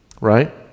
right